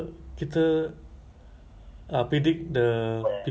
the long table single person eat you know right